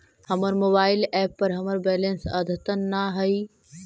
हमर mobile app पर हमर बैलेंस अद्यतन ना हई